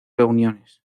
reuniones